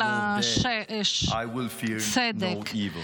בנאות דשא ירביצני על מי מנחות ינהלני.